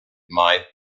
might